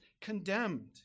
condemned